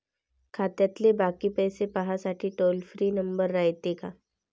खात्यातले बाकी पैसे पाहासाठी टोल फ्री नंबर रायते का?